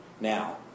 Now